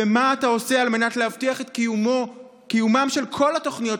ומה אתה עושה על מנת להבטיח את קיומן של כל התוכניות,